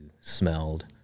smelled